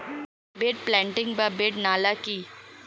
Bed planting বা bed নালা কি?